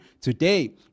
today